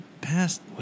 past